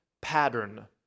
pattern